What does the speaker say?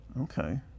okay